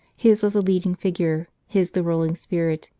his was the leading figure, his the ruling spirit,